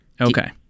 Okay